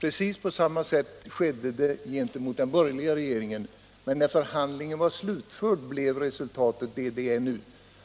Precis på samma sätt gick det till då den borgerliga regeringen tillträtt, men när förhandlingen var slutförd blev resultatet det nuvarande.